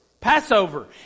Passover